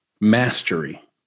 mastery